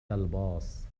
الباص